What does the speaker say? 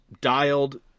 dialed